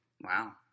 Wow